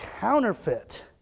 counterfeit